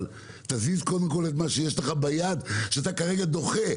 אבל תזיז קודם כל את מה שיש לך ביד שאתה כרגע דוחה.